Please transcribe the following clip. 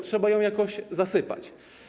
Trzeba ją jakoś zasypać.